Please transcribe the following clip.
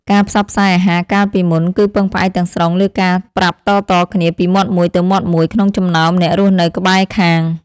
ការផ្សព្វផ្សាយអាហារកាលពីមុន គឺពឹងផ្អែកទាំងស្រុងលើការប្រាប់តៗគ្នាពីមាត់មួយទៅមាត់មួយក្នុងចំណោមអ្នករស់នៅក្បែរខាង។